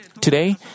Today